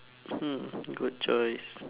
hmm good choice